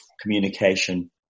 communication